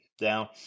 down